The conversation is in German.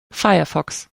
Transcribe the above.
firefox